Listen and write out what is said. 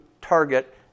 Target